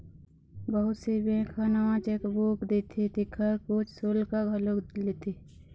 बहुत से बेंक ह नवा चेकबूक देथे तेखर कुछ सुल्क घलोक लेथे